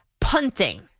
punting